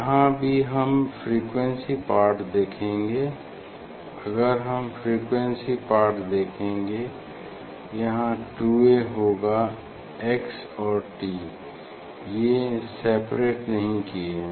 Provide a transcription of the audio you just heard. यहाँ भी हम फ्रीक्वेंसी पार्ट पर देखेंगे अगर हम फ्रीक्वेंसी पार्ट देखेंगे यहाँ 2A होगा x और t ये सेपरेट नहीं किये हैं